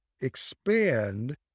expand